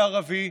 וערבי,